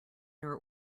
your